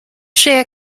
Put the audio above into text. żyje